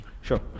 Sure